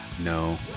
No